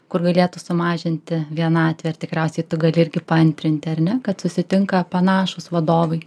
kur galėtų sumažinti vienatvę ir tikriausiai tu gali irgi paantrinti ar ne kad susitinka panašūs vadovai